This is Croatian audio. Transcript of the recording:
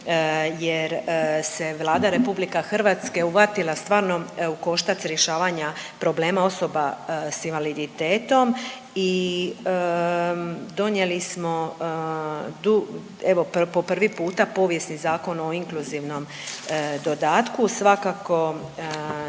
jer se Vlada RH uvatila stvarno u koštac rješavanja problema osoba s invaliditetom i donijeli smo du… evo po prvi puta povijesni Zakon o inkluzivnom dodatku, svakako